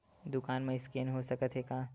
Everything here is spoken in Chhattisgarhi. दुकान मा स्कैन हो सकत हे का?